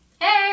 Hey